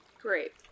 Great